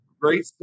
Great